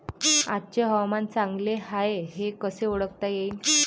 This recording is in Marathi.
आजचे हवामान चांगले हाये हे कसे ओळखता येईन?